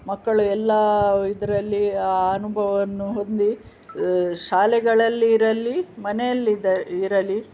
ಮಕ್ಕಳು ಎಲ್ಲ ಇದರಲ್ಲಿ ಆ ಅನುಭವವನ್ನು ಹೊಂದಿ ಶಾಲೆಗಳಲ್ಲಿ ಇರಲಿ ಮನೆಯಲ್ಲಿ ಇರಲಿ